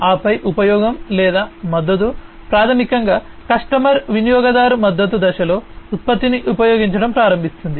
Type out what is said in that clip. ఆపై ఉపయోగం లేదా మద్దతు ప్రాథమికంగా కస్టమర్ వినియోగదారు మద్దతు దశలో ఉత్పత్తిని ఉపయోగించడం ప్రారంభిస్తుంది